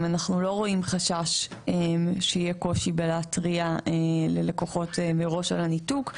אנחנו לא רואים חשש שיהיה קושי בלהתריע ללקוחות מראש על הניתוק.